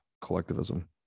collectivism